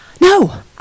No